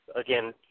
again